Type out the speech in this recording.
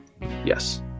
yes